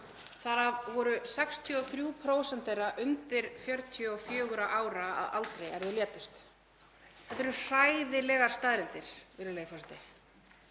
af voru 63% þeirra undir 44 ára aldri er þau létust. Þetta eru hræðilegar staðreyndir, virðulegi